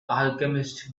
alchemist